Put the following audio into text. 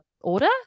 order